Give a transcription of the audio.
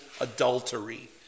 adultery